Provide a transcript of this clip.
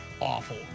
awful